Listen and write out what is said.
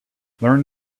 learn